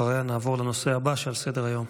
אחריה נעבור לנושא הבא שעל סדר-היום.